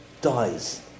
dies